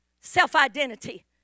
self-identity